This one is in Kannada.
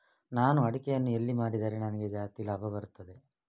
ನಾನು ಅಡಿಕೆಯನ್ನು ಎಲ್ಲಿ ಮಾರಿದರೆ ನನಗೆ ಜಾಸ್ತಿ ಲಾಭ ಬರುತ್ತದೆ?